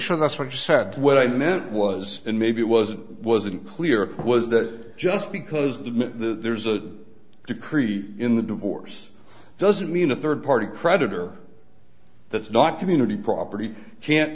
sure that's what you said what i meant was and maybe it wasn't wasn't clear was that just because the there's a decree in the divorce doesn't mean a third party creditor that's not community property can't